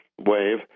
Wave